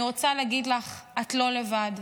אני רוצה להגיד לך שאת לא לבד.